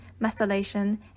methylation